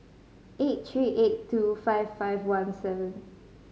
eight three eight two five five one seven